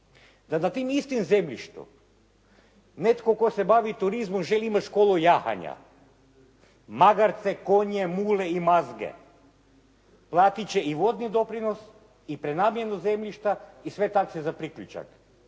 Da na tom istom zemljištu netko tko se bavi turizmom želi imati školu jahanja, magarce, konje, mule i mazge, platiti će i vodni doprinos i prenamjenu zemljišta i sve takse za priključak,